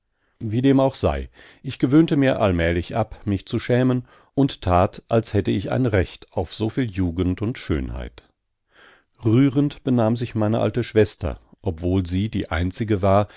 wie dem auch sei ich gewöhnte mir allmählich ab mich zu schämen und tat als hätte ich ein recht auf so viel jugend und schönheit rührend benahm sich meine alte schwester obwohl sie die einzige war